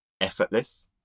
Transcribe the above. effortless